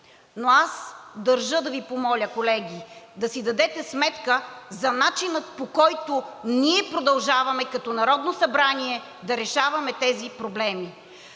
но аз държа да Ви помоля, колеги, да си дадете сметка за начина, по който ние продължаваме като Народно събрание да решаваме тези проблеми.